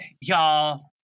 y'all